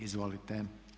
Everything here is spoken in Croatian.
Izvolite.